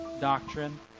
doctrine